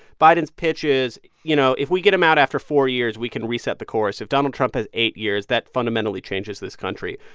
biden's pitches you know, if we get him out after four years, we can reset the course. if donald trump has eight years, that fundamentally changes this country.